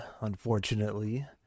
unfortunately